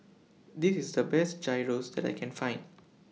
This IS The Best Gyros that I Can Find